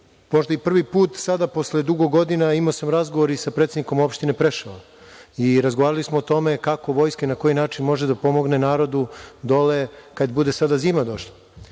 možda i prvi put sada posle dugo godina imao sam razgovor i sa predsednikom opštine Preševo i razgovarali smo o tome kako vojska i na koji način može da pomogne narodu dole kada bude sada zima došla.